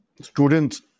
students